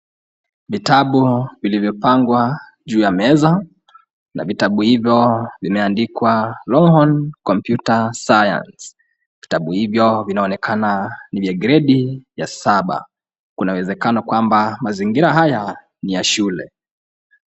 Vitabu vilivyopangwa juu ya meza na vitabu hivyo vimeandikwa Longhorn Computer Science. Vitabu hivyo vinaonekana ni vya gredi ya saba. Kunawezekana kwamba mazingira haya ni ya shule.